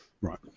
Right